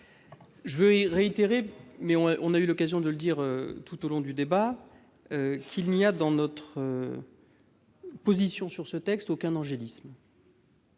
Je veux redire- nous avons eu l'occasion de le répéter tout au long du débat -qu'il n'y a dans notre position sur ce texte aucun angélisme.